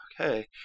okay